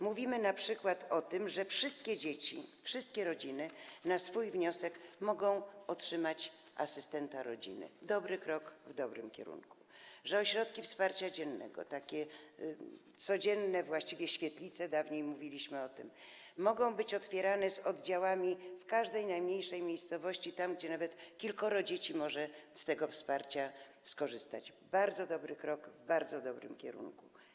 Mówimy np. o tym, że wszystkie dzieci, wszystkie rodziny na swój wniosek mogą otrzymać wsparcie asystenta rodziny - dobry krok w dobrym kierunku - że ośrodki wsparcia dziennego, takie codzienne właściwie świetlice, dawniej tak mówiliśmy o tym, mogą być otwierane z oddziałami w każdej najmniejszej miejscowości, tam, gdzie nawet kilkoro dzieci może z tego wsparcia skorzystać - bardzo dobry krok w bardzo dobrym kierunku.